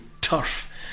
turf